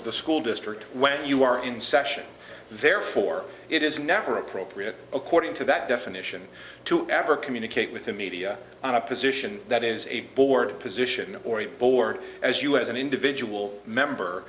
of the school district when you are in session therefore it is never appropriate according to that definition to ever communicate with the media on a position that is a board position or a board as you as an individual member